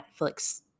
Netflix